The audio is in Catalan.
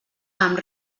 amb